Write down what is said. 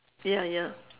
ya ya